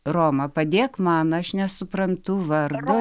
roma padėk man aš nesuprantu vardo